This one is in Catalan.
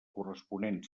corresponent